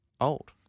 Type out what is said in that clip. old